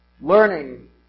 learning